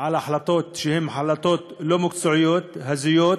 על החלטות שהן החלטות לא מקצועיות, הזויות,